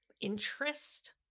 interest